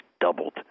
doubled